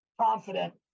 confident